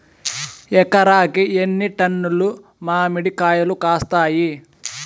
ఎకరాకి ఎన్ని టన్నులు మామిడి కాయలు కాస్తాయి?